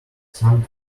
some